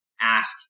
ask